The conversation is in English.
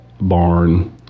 barn